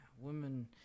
women